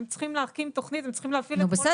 הם צריכים להקים תוכנית והם צריכים להפעיל -- נו בסדר,